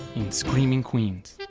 in screaming queens.